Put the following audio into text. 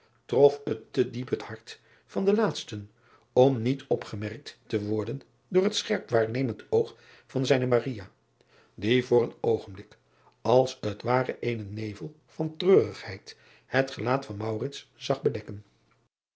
trof het te diep het hart van den laatsten om niet opgemerkt te worden door het scherp waarnemend oog van zijne die driaan oosjes zn et leven van aurits ijnslager voor een oogenblik als het ware eenen nevel van treurigheid het gelaat van zag bedekken